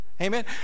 amen